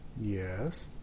Yes